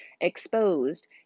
exposed